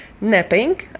napping